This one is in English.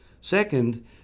Second